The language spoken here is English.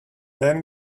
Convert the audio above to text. then